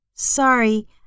Sorry